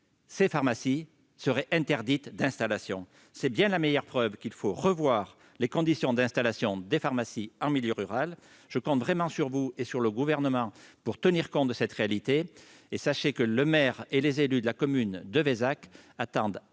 ces pharmacies seraient interdites d'installation. C'est bien la meilleure preuve qu'il faut revoir les conditions d'installation des pharmacies en milieu rural ! Je compte vraiment sur le Gouvernement pour tenir compte de cette réalité. Sachez que le maire et les élus de la commune de Vézac attendent